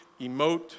emote